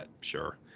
sure